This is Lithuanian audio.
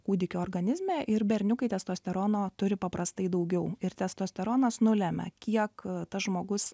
kūdikio organizme ir berniukai testosterono turi paprastai daugiau ir testosteronas nulemia kiek tas žmogus